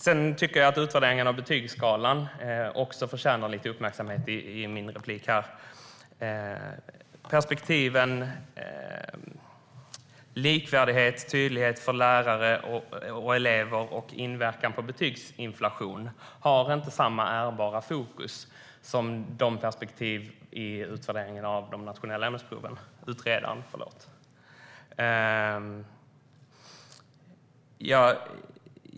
Jag tycker att utvärderingen av betygsskalan också förtjänar lite uppmärksamhet. Perspektiven likvärdighet, tydlighet för lärare och elever samt inverkan på betygsinflation har inte samma ärbara fokus som perspektiven i utredningen av de nationella ämnesproven.